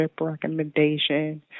recommendation